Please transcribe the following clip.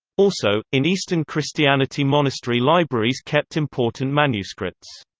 also, in eastern christianity monastery libraries kept important manuscripts.